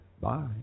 Bye